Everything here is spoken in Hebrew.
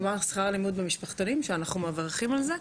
כלומר שכר הלימוד במשפחתונים שאנחנו מברכים על זה,